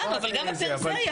גם בפריפריה,